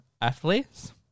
athletes